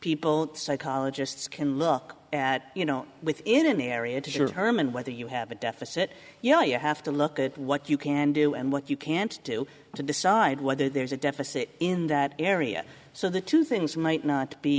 people psychologists can look at you know within an area to short term and whether you have a deficit you know you have to look at what you can do and what you can't do to decide whether there's a deficit in that area so the two things might not be